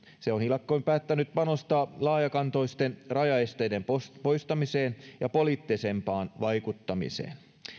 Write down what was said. se on hiljakkoin päättänyt panostaa laajakantoisten rajaesteiden poistamiseen ja poliittisempaan vaikuttamiseen